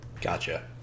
Gotcha